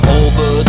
over